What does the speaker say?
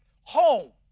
home